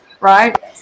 right